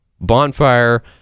Bonfire